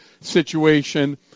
situation